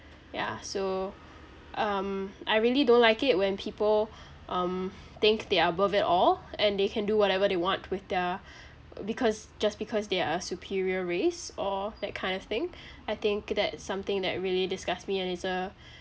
yeah so um I really don't like it when people um think they are above it all and they can do whatever they want with their because just because they are superior race or that kind of thing I think that's something that really disgusts me and it's a